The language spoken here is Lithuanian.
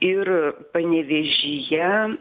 ir panevėžyje